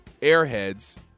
airheads